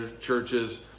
churches